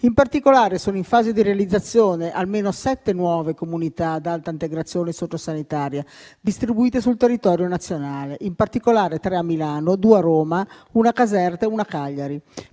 In particolare, sono in fase di realizzazione almeno sette nuove comunità ad alta integrazione sociosanitaria, distribuite sul territorio nazionale (in particolare tre Milano, due a Roma, una Caserta e una Cagliari),